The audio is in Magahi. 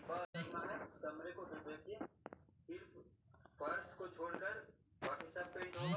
बैंक अधिनयम के संक्षिप्त नाम बैंक कारी विनयमन अधिनयम हइ